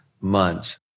months